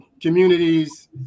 communities